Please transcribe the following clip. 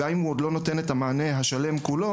גם אם הוא עוד לא נותן את המענה השלם כולו,